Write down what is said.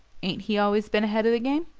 ain't he always been ahead of the game?